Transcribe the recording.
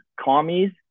commies